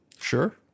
Sure